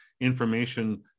information